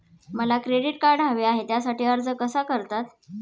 मला credit card हवे आहे त्यासाठी अर्ज कसा करतात?